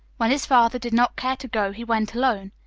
when his father did not care to go, he went alone.